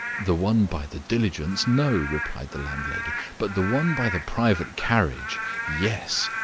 the one by the diligence no, replied the landlady. but the one by the private carriage yes.